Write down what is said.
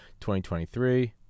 2023